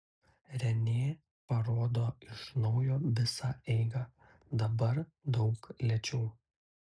renė parodo iš naujo visą eigą dabar daug lėčiau